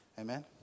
Amen